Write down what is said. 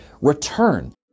return